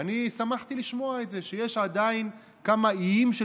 ואני שמחתי לשמוע את זה שיש עדיין כמה איים של